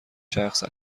شخص